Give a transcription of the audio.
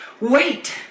wait